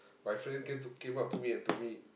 my friend came to came up to me and told me